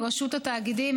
רשות התאגידים,